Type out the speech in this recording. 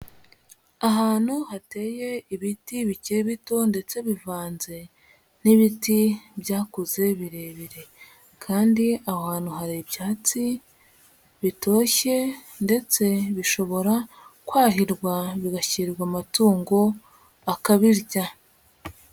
Ahantu hateye ibiti bikiri bito ndetse bivanze n'ibiti byakuze birebire kandi aho hantu hari ibyatsi bitoshye ndetse bishobora kwahirwa bigashyirwa amatungo akabirya.